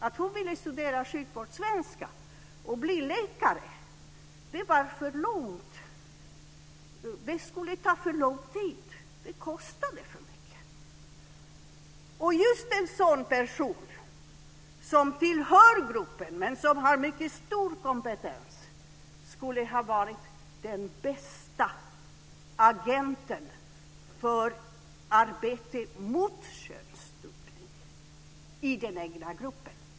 Att hon ville studera sjukvårdssvenska och bli läkare var för långsökt. Det skulle ta för lång tid. Det kostade för mycket. Just en sådan person, som tillhör gruppen men som har mycket stor kompetens, skulle ha varit den bästa agenten för arbete mot könsstympning i den egna gruppen.